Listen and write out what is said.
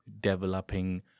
developing